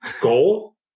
goal